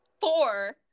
four –